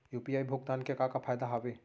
UPI भुगतान के का का फायदा हावे?